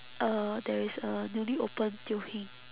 uh there is a newly opened teo heng